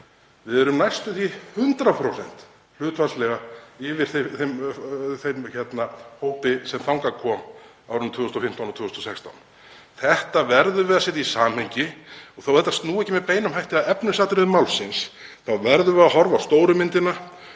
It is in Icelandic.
Við erum næstum því 100% hlutfallslega yfir þeim hópi sem þangað kom á árunum 2015 og 2016. Þetta verðum við að setja í samhengi. Þó að þetta snúi ekki með beinum hætti að efnisatriðum málsins þá verðum við að horfa á stóru myndina